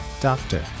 Doctor